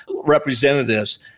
representatives